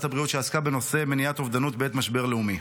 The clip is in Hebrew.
הבריאות שעסקה בנושא מניעת אובדנות בעת משבר לאומי.